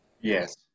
Yes